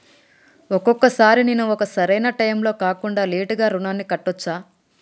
ఒక్కొక సారి నేను ఒక సరైనా టైంలో కాకుండా లేటుగా రుణాన్ని కట్టచ్చా?